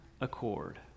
accord